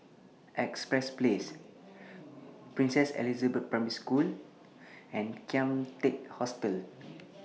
Empress Place Princess Elizabeth Primary School and Kian Teck Hostel